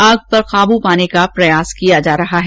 आग पर काबू पाने का प्रयास किया जा रहा है